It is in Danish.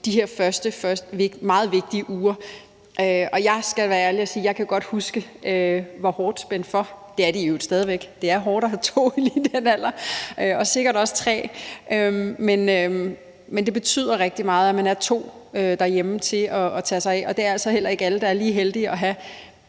de her første meget vigtige uger. Jeg skal være ærlig og sige, at jeg godt kan huske, hvor hårdt spændt for man var, og sådan er det i øvrigt stadig væk; det er hårdt at have to og sikkert også tre lige i den alder. Men det betyder rigtig meget, at man er to derhjemme til at tage sig af det, og det er altså heller ikke alle, der er lige så heldige, som